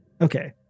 okay